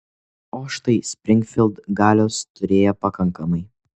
o štai springfild galios turėjo pakankamai